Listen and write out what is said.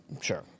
sure